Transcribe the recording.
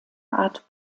art